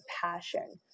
passion